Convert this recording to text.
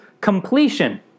completion